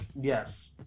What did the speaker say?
yes